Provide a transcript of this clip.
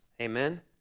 Amen